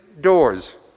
doors